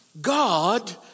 God